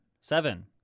seven